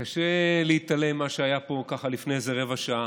קשה להתעלם ממה שהיה פה לפני איזה רבע שעה.